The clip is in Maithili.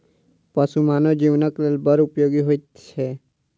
पशु मानव जीवनक लेल बड़ उपयोगी होइत छै